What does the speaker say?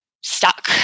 stuck